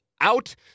out